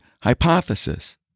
hypothesis